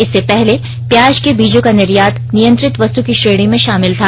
इससे पहले प्याज के बीजों का निर्यात नियंत्रित वस्तु की श्रेणी में शामिल था